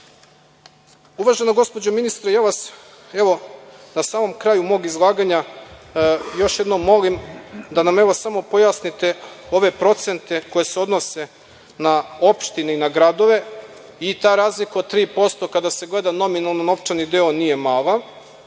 lica. Uvažena gospođo ministre, na samom kraju mog izlaganja vas još jednom molim da nam samo pojasnite ove procente koji se odnose na opštine i na gradove i ta razlika od 3%, kada se gleda nominalno novčani deo, nije mala.